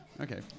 Okay